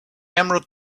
emerald